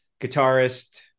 guitarist